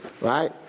right